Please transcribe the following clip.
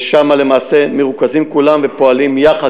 ושם למעשה מרוכזים כולם ופועלים יחד,